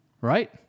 right